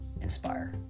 Inspire